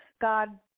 God